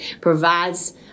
provides